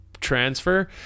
transfer